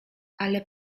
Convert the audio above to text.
ale